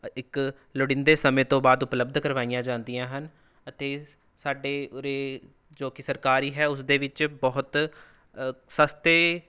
ਇੱਕ ਲੋੜੀਂਦੇ ਸਮੇਂ ਤੋਂ ਬਾਅਦ ਉਪਲਬਧ ਕਰਵਾਈਆਂ ਜਾਂਦੀਆਂ ਹਨ ਅਤੇ ਸਾਡੇ ਉਰੇ ਜੋ ਕਿ ਸਰਕਾਰੀ ਹੈ ਉਸ ਦੇ ਵਿੱਚ ਬਹੁਤ ਸਸਤੇ